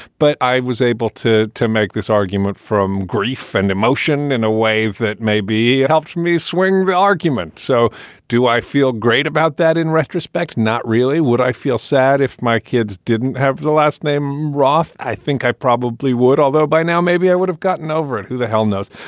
but i was able to to make this argument from grief and emotion in a way that maybe helped me swing the argument. so do i feel great about that in retrospect? not really. would i feel sad if my kids didn't have the last name, roffe? i think i probably would, although by now maybe i would have gotten over it. who the hell knows?